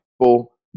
people